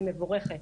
היא מבורכת,